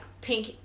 Pink